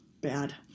bad